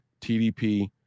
TDP